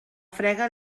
frega